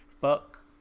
Fuck